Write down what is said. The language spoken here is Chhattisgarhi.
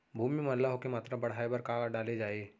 भूमि मा लौह के मात्रा बढ़ाये बर का डाले जाये?